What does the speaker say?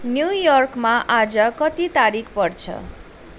न्युयोर्कमा आज कति तारिख पर्छ